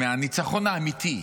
מהניצחון האמיתי,